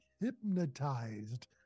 hypnotized